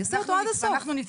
אני אעשה אותו עד הסוף.